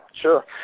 sure